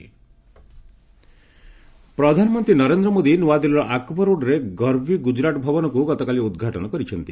PM Garvi ପ୍ରଧାନମନ୍ତ୍ରୀ ନରେନ୍ଦ୍ର ମୋଦୀ ନୂଆଦିଲ୍ଲୀର ଆକବର ରୋଡରେ ଗର୍ବି ଗୁଜରାଟ ଭବନକୁ ଗତକାଲି ଉଦ୍ଘାଟନ କରିଛନ୍ତି